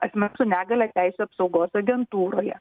asmens su negalia teisių apsaugos agentūroje